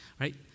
right